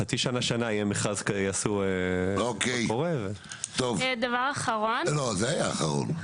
עוד דבר אחרון,